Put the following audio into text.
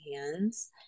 hands